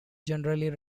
generally